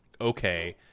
okay